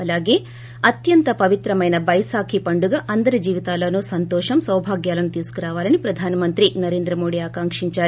అలాగేఅత్యంత పవిత్రమైన బైశ్వాఖి పండుగ అందరి జీవితాల్లోనూ సంతోషం సౌభాగ్యాలను తీసుకురావాలని ప్రధాన మంత్రి నరేంద్ర మోదీ ఆకాంక్షించారు